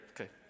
Okay